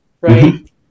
right